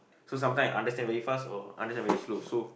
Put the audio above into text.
so sometimes I understand very fast or understand very slow so